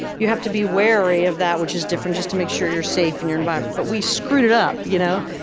you have to be wary of that, which is different, just to make sure you're safe in your environment. but we screwed it up, you know?